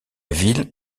ville